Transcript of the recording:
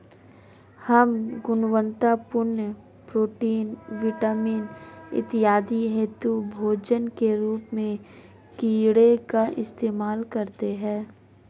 हम गुणवत्तापूर्ण protein, vitamin इत्यादि हेतु भोजन के रूप में कीड़े का इस्तेमाल करते हैं